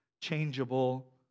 changeable